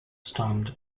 stunned